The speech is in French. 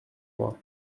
moi